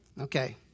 Okay